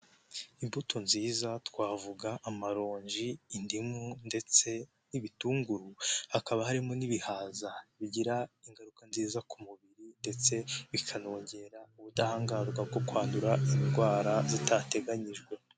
Imbuto nziza twavuga amaronji indimu ndetse n'ibitunguru, hakaba harimo n'ibihaza bigira ingaruka nziza ku mubiri ndetse bikanongera ubudahangarwa bwo kwandura indwara zitateganyijwe.